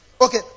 Okay